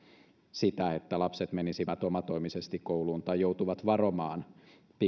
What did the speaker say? sitä että lapset menisivät omatoimisesti kouluun tai joutuvat varomaan